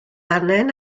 angen